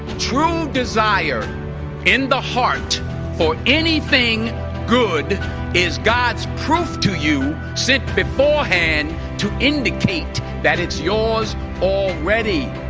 true desire in the heart for anything good is god's proof to you sent before hand to indicate that it's yours already